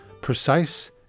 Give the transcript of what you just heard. precise